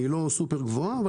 היא לא סופר-גבוהה אבל